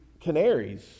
canaries